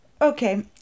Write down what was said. Okay